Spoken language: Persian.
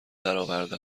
درآورده